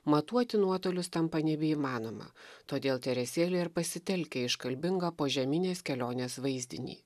matuoti nuotolius tampa nebeįmanoma todėl teresėlė ir pasitelkia iškalbingą požeminės kelionės vaizdinį